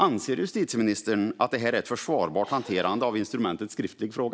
Anser justitieministern att detta är ett försvarbart hanterande av instrumentet skriftlig fråga?